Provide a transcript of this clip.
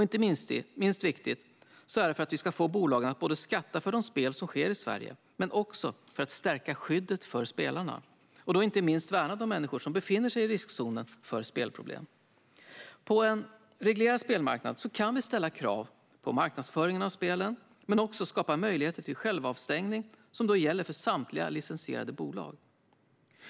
Inte minst är det viktigt för att vi ska få bolagen att skatta för de spel som sker i Sverige, men också för att stärka skyddet för spelarna och inte minst värna de människor som befinner sig i riskzonen för spelproblem. På en reglerad spelmarknad kan vi ställa krav på marknadsföringen av spelen men också skapa möjligheter till självavstängning, som då gäller för samtliga licensierade bolag.